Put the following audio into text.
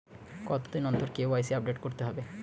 কতদিন অন্তর KYC update করতে হবে?